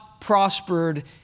prospered